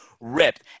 ripped